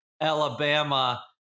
Alabama